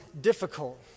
difficult